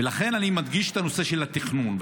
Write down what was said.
ולכן אני מדגיש את הנושא של התכנון.